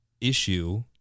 issue